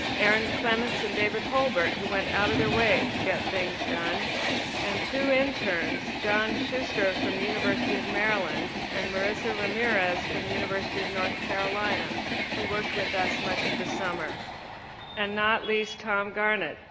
erin clements and david hobart who went out of their way to get things done and two interns, john shuster from the university of maryland, and marissa ramirez from the university of north carolina who worked with us much of the summer and not least tom garnet,